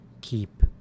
keep